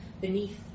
beneath